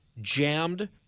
jammed